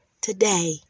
today